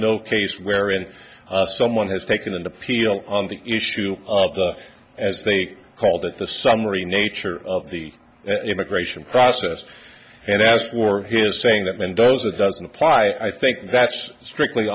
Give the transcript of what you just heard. no case where and someone has taken an appeal on the issue of the as they called it the summary nature of the immigration process and as for his saying that mendoza doesn't apply i think that's strictly